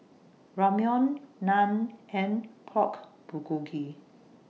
Ramyeon Naan and Pork Bulgogi